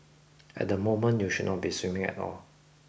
at the moment you should not be swimming at all